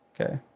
Okay